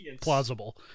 plausible